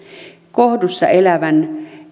kohdussa elävän